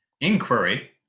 inquiry